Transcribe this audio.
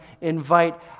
invite